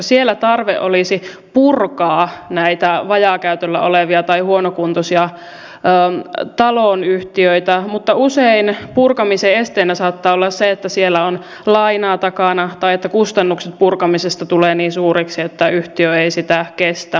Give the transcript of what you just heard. siellä olisi tarve purkaa näitä vajaakäytöllä olevia tai huonokuntoisia taloyhtiöitä mutta usein purkamisen esteenä saattaa olla se että siellä on lainaa takana tai että kustannukset purkamisesta tulevat niin suuriksi että yhtiö ei sitä kestä